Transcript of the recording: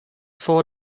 four